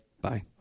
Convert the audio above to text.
Bye